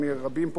זה לא ססמה.